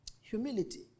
Humility